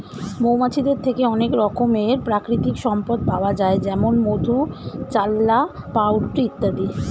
মৌমাছিদের থেকে অনেক রকমের প্রাকৃতিক সম্পদ পাওয়া যায় যেমন মধু, চাল্লাহ্ পাউরুটি ইত্যাদি